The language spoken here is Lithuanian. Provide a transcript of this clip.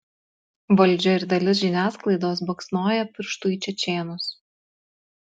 valdžia ir dalis žiniasklaidos baksnoja pirštu į čečėnus